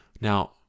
now